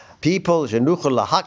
people